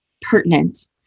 pertinent